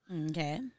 Okay